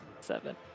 seven